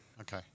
Okay